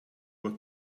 were